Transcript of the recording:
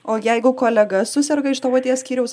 o jeigu kolega suserga iš to paties skyriaus